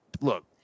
look